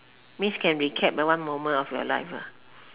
means can recap one moment of your life ah